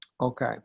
Okay